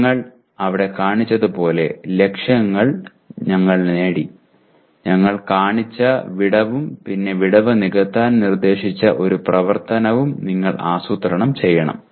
ഞങ്ങൾ അവിടെ കാണിച്ചതുപോലെ ഞങ്ങൾ ലക്ഷ്യം നേടി ഞങ്ങൾ കാണിച്ച വിടവും പിന്നെ വിടവ് നികത്താൻ നിർദ്ദേശിച്ച ഒരു പ്രവർത്തനവും നിങ്ങൾ ആസൂത്രണം ചെയ്യണം